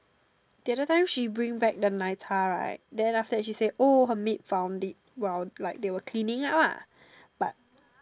the other time she bring back the 奶茶 right then after that she say oh her maid found it while like they were cleaning up ah but